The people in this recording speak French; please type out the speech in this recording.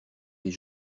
les